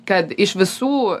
kad iš visų